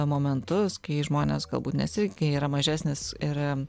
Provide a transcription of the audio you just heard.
momentus kai žmonės galbūt nesitiki yra mažesnis ir